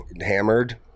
hammered